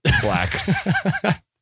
black